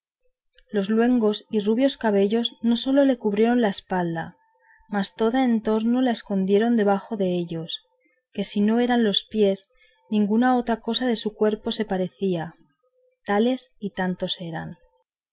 los luengos y rubios cabellos no sólo le cubrieron las espaldas mas toda en torno la escondieron debajo de ellos que si no eran los pies ninguna otra cosa de su cuerpo se parecía tales y tantos eran